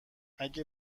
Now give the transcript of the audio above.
اگه